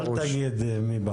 יפה.